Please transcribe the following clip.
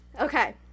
Okay